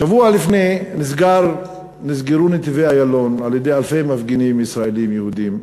שבוע לפני נסגרו נתיבי-איילון על-ידי אלפי מפגינים ישראלים יהודים,